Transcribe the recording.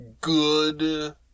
good